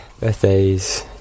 Birthdays